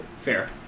Fair